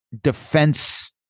defense